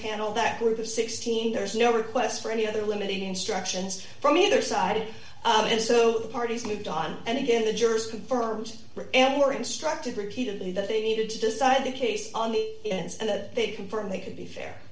panel that group of sixteen there's no request for any other limited instructions from either side and so the parties moved on and again the jurors confirmed and were instructed repeatedly that they needed to decide a case on the ins and that they confirmed they could be fair